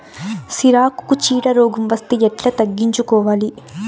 సిరాకుకు చీడ రోగం వస్తే ఎట్లా తగ్గించుకోవాలి?